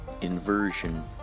inversion